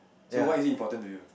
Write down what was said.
so why is it important to you